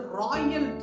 royal